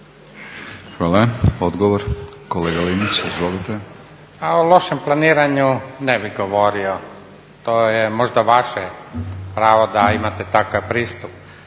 Slavko (Nezavisni)** Pa o lošem planiranju ne bi govorio, to je možda vaše pravo da imate takav pristup,